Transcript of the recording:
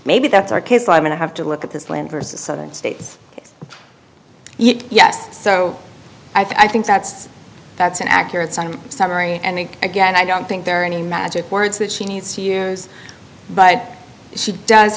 maybe that's our case i mean i have to look at this plan versus southern states yes so i think that's that's an accurate summary and again i don't think there are any magic words that she needs to use but she does